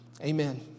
Amen